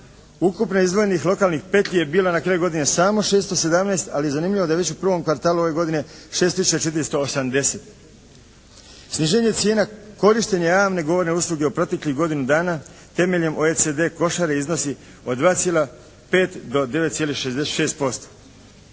Ukupno izdvojenih lokalnih petlji je bilo na kraju godine samo 617 ali je zanimljivo da je već u prvom kvartalu ove godine 6 tisuća 480. Sniženje cijena korištenja javne govorne usluge u proteklih godinu dana temeljem OECD košare iznosi od 2,5 do 9,66%.